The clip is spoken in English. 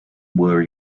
were